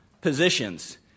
positions